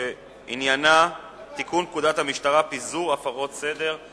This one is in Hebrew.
הצעת חוק לתיקון פקודת המשטרה (פיזור הפרות סדר),